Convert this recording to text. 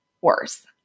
worse